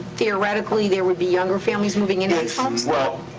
theoretically there would be younger families moving in. and um so well,